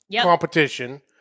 competition